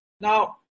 Now